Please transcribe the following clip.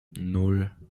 nan